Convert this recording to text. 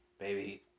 baby